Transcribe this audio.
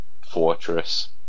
fortress